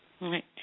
Right